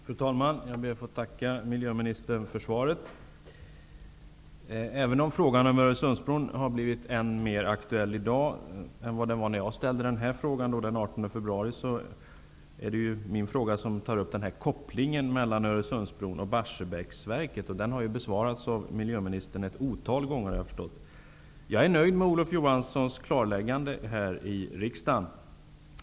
Fru talman! Jag ber att få tacka miljöministern för svaret. Även om frågan om Öresundsbron har blivit än mer aktuell i dag än vad den var när jag ställde frågan den 18 februari, är det just min fråga som tar upp kopplingen mellan Öresundsbron och Barsebäcksverket. Den har, såvitt jag har förstått, besvarats av miljöministern ett otal gånger. Jag är nöjd med Olof Johanssons klarläggande här i riksdagen.